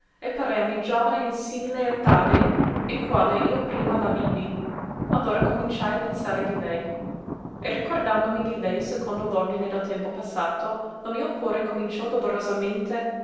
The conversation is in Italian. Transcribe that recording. e pareami giovane in simile etade in quale io prima la vidi allora cominciai a pensare di lei e ricordandomi di lei secondo l'ordine del tempo passato lo mio cuore cominciò dolorosamente